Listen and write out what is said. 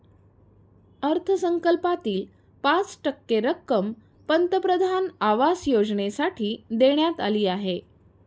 अर्थसंकल्पातील पाच टक्के रक्कम पंतप्रधान आवास योजनेसाठी देण्यात आली आहे